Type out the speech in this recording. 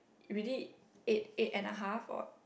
really eight eight and a half or